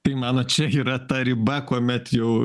tai manot čia yra ta riba kuomet jau